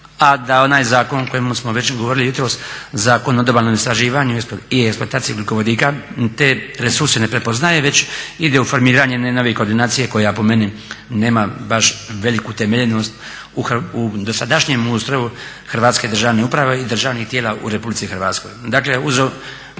a da onaj zakon o kojemu smo već govorili jutros, Zakon o odobalnom istraživanju i eksploataciji ugljikovodika te resurse ne prepoznaje već ide u formiranje najnovije koordinacije koja po meni nema baš veliku utemeljenost u dosadašnjem ustroju Hrvatske državne uprave i državnih tijela u RH. Dakle,